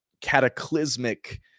cataclysmic